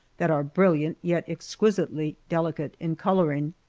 that are brilliant yet exquisitely delicate in coloring.